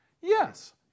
Yes